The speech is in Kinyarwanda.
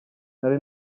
nari